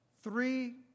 three